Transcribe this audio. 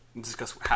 discuss